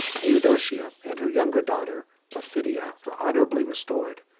eudoxia and her younger daughter, placidia, were honorably restored,